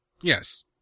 Yes